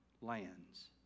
lands